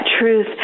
truth